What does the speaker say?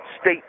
state